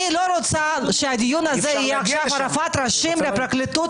אני לא רוצה שהדיון הזה יהיה עכשיו עריפת ראשים לפרקליטות ולמשטרה.